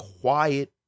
quiet